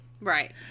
Right